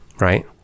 Right